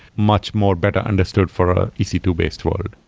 much more better understood for e c two based world,